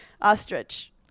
Ostrich